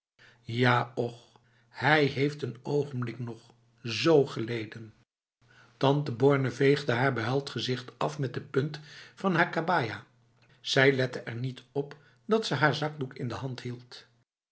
ja och hij heeft een ogenblik nog z geleden tante borne veegde haar behuild gezicht af met de punt van haar kabaja zij lette er niet op dat ze haar zakdoek in de hand hield